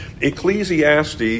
Ecclesiastes